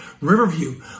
Riverview